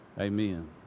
Amen